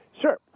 Sure